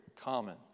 common